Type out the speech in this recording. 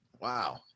Wow